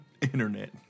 internet